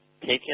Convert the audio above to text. taken